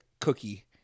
cookie